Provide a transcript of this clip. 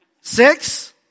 Six